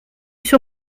sur